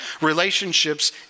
Relationships